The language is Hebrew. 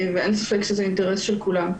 אין ספק שזה אינטרס של כולם.